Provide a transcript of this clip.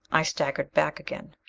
i staggered back again.